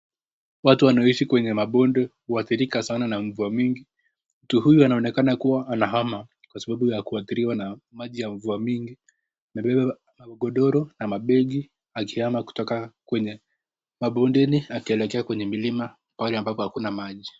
Watu wanaoishi kwenye mabonde huathirika sana na mvua mingi, mtu huyu anaonekana kuwa anahama kwa sababu ya kuathiriwa na maji ya mvua mingi. Amebeba magodoro na mabegi akihama kutoka kwenye mabondeni akielekea kwenye milima pahali ambapo hakuna maji.